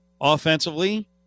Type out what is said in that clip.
offensively